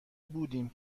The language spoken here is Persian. بودیم